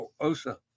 Osa